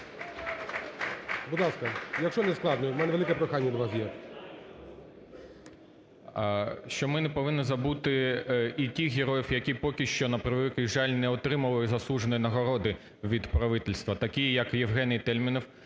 Будь ласка, якщо не складно, у мене велике прохання до вас є. МАРКЕВИЧ Я.В. … що ми не повинні забути і тих героїв, які поки що, на превеликий жаль, не отримали заслуженої нагородити від правительства. Такий, як Євген Тельнов,